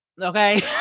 Okay